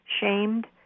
shamed